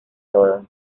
todo